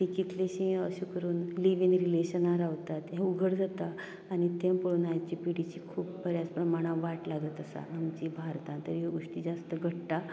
तीं कितलींशीं अशें करून लिव्हीन रिलेशनांत रावतात हें उघड जाता आनी तें पळोवन आयची पिडी जी खूब बऱ्या प्रमाणांत वाट लागत आसा आमची भारतांत तरी ह्यो गोश्टी जास्त घडटा